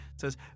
says